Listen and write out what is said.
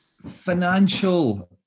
Financial